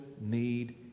need